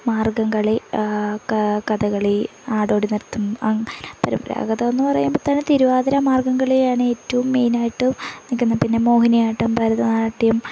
മാർഗ്ഗംകളി കഥകളി നാടോടിനൃത്തം അങ്ങനെ പരമ്പരാഗതമെന്ന് പറയുമ്പോള് തന്നെ തിരുവാതിര മാർഗ്ഗംകളിയാണ് ഏറ്റവും മെയിനായിട്ടു നില്ക്കുന്നത് പിന്നെ മോഹിനിയാട്ടം ഭരതനാട്യം